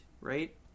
Right